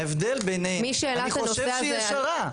ההבדל בינינו, אני חושב שהיא ישרה.